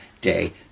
day